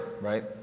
right